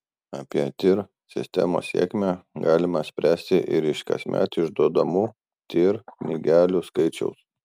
apie tir sistemos sėkmę galima spręsti ir iš kasmet išduodamų tir knygelių skaičiaus